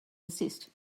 desist